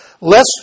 lest